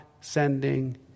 sending